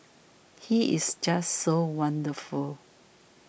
he is just so wonderful